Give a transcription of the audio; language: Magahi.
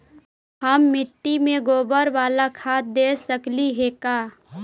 हम मिट्टी में गोबर बाला खाद दे सकली हे का?